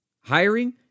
Hiring